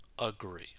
Agree